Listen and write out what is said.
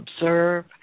observe